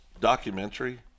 documentary